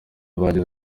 bageze